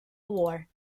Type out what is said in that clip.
war